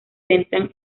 centran